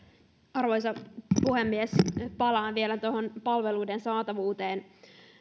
arvoisa puhemies palaan vielä tuohon palveluiden saatavuuteen